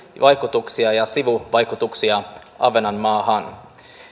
vaikutuksia ja sivuvaikutuksia ahvenanmaahan